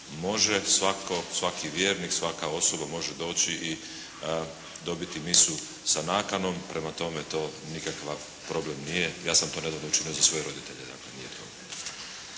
može svatko, svaki vjernik, svaka osoba može doći i dobiti misu sa nakanom. Prema tome, to, nikakva problem nije, ja sam to nedavno učinio za svoje roditelje. **Šeks,